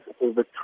over